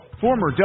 former